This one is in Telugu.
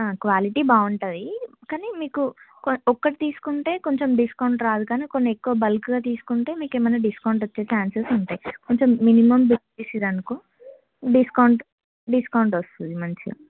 క్వాలిటీ బాగుంటుంది కానీ మీకు కొం ఒకటి తీసుకుంటే కొంచెం డిస్కౌంట్ రాదు కానీ కొన్ని ఎక్కువ బల్క్గా తీసుకుంటే మీకేమైనా డిస్కౌంట్ వచ్చే ఛాన్సెస్ ఉంటాయి కొంచెం మినిమం బిల్ చేసినారు అనుకో డిస్కౌంట్ డిస్కౌంట్ వస్తుంది మంచిగా